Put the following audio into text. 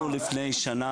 יש לא מוכרז ויש חסר סטטוס.